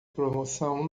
promoção